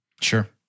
Sure